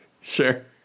Sure